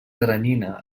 teranyina